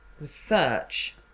research